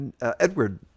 Edward